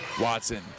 Watson